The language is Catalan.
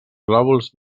lòbuls